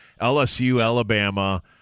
LSU-Alabama